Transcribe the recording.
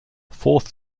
fourth